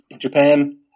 Japan